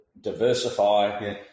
diversify